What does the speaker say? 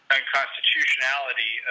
unconstitutionality